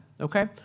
okay